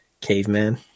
caveman